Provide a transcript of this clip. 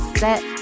set